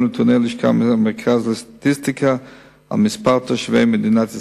לנתוני הלשכה המרכזית לסטטיסטיקה על מספר תושבי מדינת ישראל,